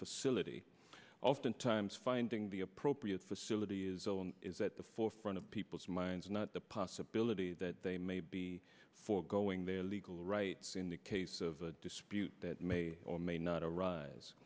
facility oftentimes finding the appropriate facility is is that the forefront of people's minds not the possibility that they may be foregoing their legal rights in the case of a dispute that may or may not arise